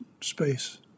space